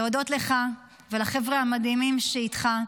להודות לך ולחבר'ה המדהימים שאיתך,